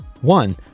One